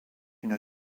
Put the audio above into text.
une